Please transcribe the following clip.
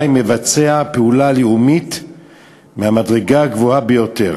מבצע פעולה לאומית מהמדרגה הגבוהה ביותר.